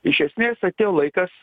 iš esmės atėjo laikas